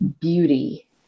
beauty